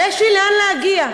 ויש לי לאן להגיע.